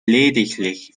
lediglich